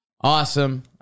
Awesome